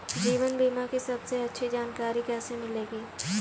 जीवन बीमा की सबसे अच्छी जानकारी कैसे मिलेगी?